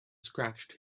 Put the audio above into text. scratched